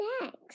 next